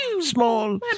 small